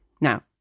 Now